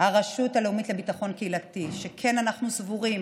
"הרשות הלאומית לביטחון קהילתי", שכן אנחנו סבורים